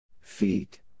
feet